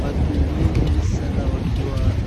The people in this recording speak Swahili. Watu wengi sana wakiwa